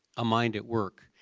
a mind at work.